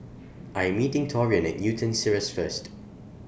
I Am meeting Taurean At Newton Cirus First